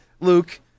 Luke